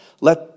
Let